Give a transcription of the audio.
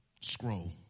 scroll